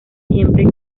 siempre